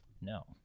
No